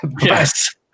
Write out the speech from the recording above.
Yes